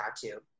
tattoo